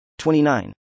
29